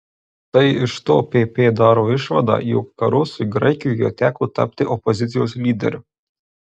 tai iš to pp daro išvadą jog karosui graikijoje teko tapti opozicijos lyderiu